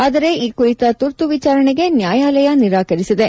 ಆದರೆ ಈ ಕುರಿತ ತುರ್ತು ವಿಚಾರಣೆಗೆ ನ್ಯಾಯಾಲಯ ನಿರಾಕರಿಸಿದೆ